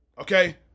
okay